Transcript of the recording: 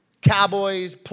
Cowboys